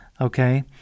okay